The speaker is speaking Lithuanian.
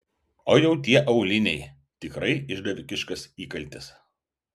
o jau tie auliniai tikrai išdavikiškas įkaltis